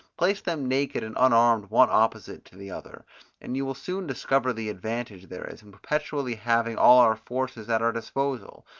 place them naked and unarmed one opposite to the other and you will soon discover the advantage there is in perpetually having all our forces at our disposal,